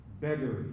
beggary